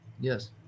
Yes